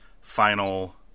final